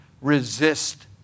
Resist